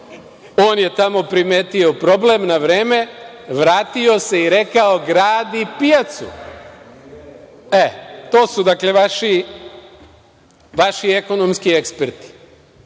on je tamo primetio problem na vreme, vratio se i rekao – gradi pijacu. To su dakle, vaši ekonomski eksperti. Još